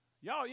Y'all